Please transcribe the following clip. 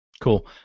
Cool